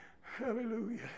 Hallelujah